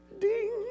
ding